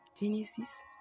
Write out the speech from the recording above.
Genesis